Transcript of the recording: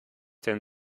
denn